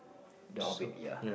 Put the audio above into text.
the Hobbit ya